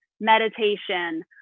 meditation